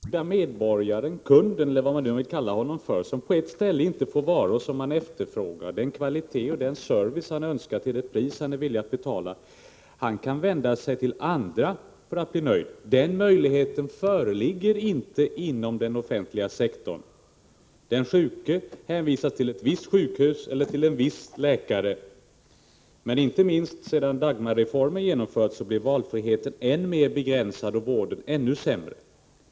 Fru talman! Jag vill bara till Arne Gadd säga att de förslag som framskymtar i denna skrivelse är organisatoriska förslag. Inget av dem berör direkt människorna. Den viktiga biten av vårt samhälle har man glömt. Den enskilde medborgaren Kurt, eller vad man nu vill kalla honom, som på ett ställe inte får varor som han efterfrågar eller den kvalitet och den service som han önskar till det pris som han är villig att betala, kan vända sig till andra för att bli nöjd. Den möjligheten föreligger inte inom den offentliga sektorn. Den sjuke hänvisas till ett visst sjukhus eller viss läkare. Inte minst genom Dagmarreformens genomförande blev valfriheten än mer begränsad och vården ännu sämre.